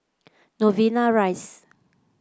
Novena Rise